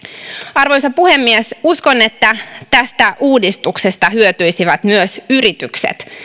arvoisa puhemies uskon että tästä uudistuksesta hyötyisivät myös yritykset